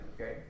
okay